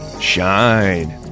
Shine